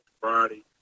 Friday